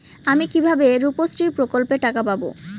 আমি কিভাবে রুপশ্রী প্রকল্পের টাকা পাবো?